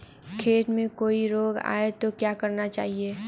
खेत में कोई रोग आये तो क्या करना चाहिए?